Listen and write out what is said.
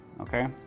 Okay